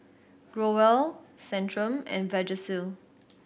Growell Centrum and Vagisil